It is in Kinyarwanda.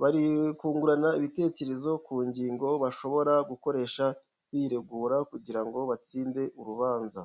bari kungurana ibitekerezo ku ngingo bashobora gukoresha biregura kugira ngo batsinde urubanza.